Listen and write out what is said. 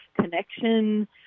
connection